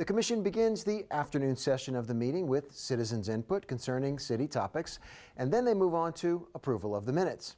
the commission begins the afternoon session of the meeting with citizens input concerning city topics and then they move on to approval of the minutes